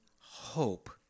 hope